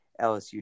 LSU